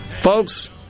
Folks